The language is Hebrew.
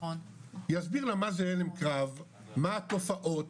מה התופעות,